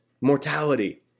mortality